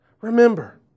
remember